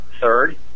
Third